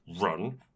run